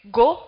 go